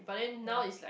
ya